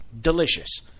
Delicious